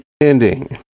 ending